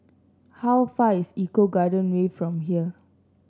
how far away is Eco Garden Way from here